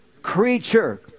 creature